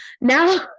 now